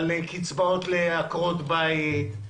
על קצבאות לעקרות בית.